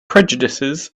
prejudices